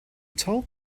told